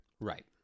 right